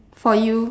for you